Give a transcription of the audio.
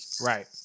right